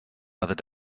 another